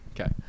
Okay